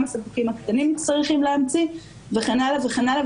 הספקים הקטנים צריכים להמציא וכן הלאה וכן הלאה.